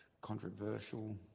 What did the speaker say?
controversial